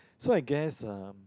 so I guess um